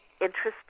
interesting